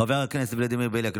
חברת הכנסת אפרת רייטן מרום,